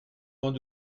bancs